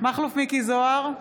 מכלוף מיקי זוהר,